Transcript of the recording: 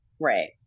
Right